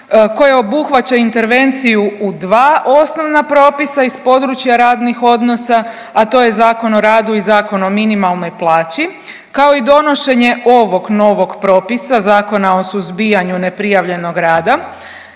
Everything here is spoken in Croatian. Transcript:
koje obuhvaća intervenciju u dva osnovna propisa iz područja radnih odnosa, a to je Zakon o radu i Zakon o minimalnoj plaći, kao i donošenje ovog novog propisa Zakona o suzbijanju neprijavljenog rada,